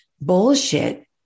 bullshit